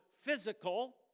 physical